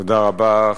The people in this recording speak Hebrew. תודה רבה.